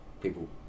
people